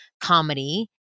comedy